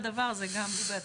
עלויות לבעל